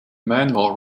manual